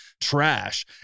trash